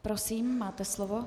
Prosím, máte slovo.